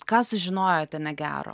ką sužinojote negero